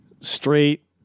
straight